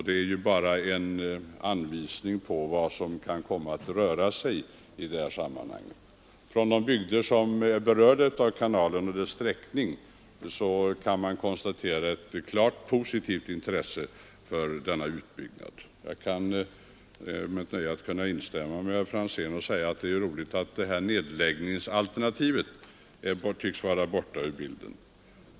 Det är en anvisning på vad det kan komma att röra sig om i detta sammanhang. Från de bygder som är berörda av kanalen och dess sträckning kan man konstatera ett klart positivt intresse för denna utbyggnad. Jag kan instämma med herr Franzén och säga att det är roligt att nedläggningsalternativet tycks vara borta ur bilden.